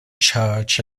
church